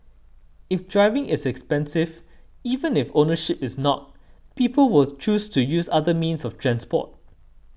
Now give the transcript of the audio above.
if driving is expensive even if ownership is not people will choose to use other means of transport